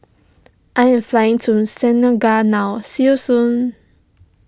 I am flying to Senegal now see you soon